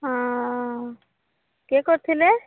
ହଁ କିଏ କହୁଥିଲେ